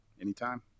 Anytime